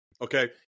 Okay